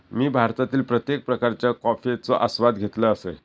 मी भारतातील प्रत्येक प्रकारच्या कॉफयेचो आस्वाद घेतल असय